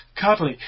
cuddly